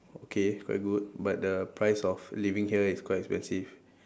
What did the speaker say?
okay quite good but the price of living here is quite expensive